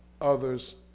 others